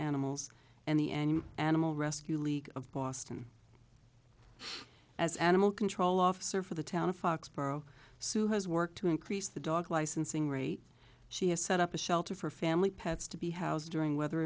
animals and the annual animal rescue league of boston as animal control officer for the town of foxborough sue has worked to increase the dog licensing rate she has set up a shelter for family pets to be housed during weather